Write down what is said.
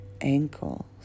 ankles